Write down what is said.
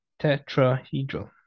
tetrahedral